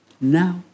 Now